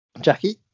Jackie